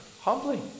humbly